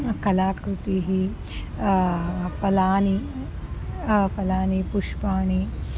कलाकृतिः फलानि फलानि पुष्पाणि